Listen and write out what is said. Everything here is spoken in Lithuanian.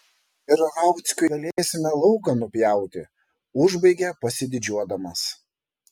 ir rauckiui galėsime lauką nupjauti užbaigia pasididžiuodamas